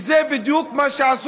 אנחנו כולנו בעד.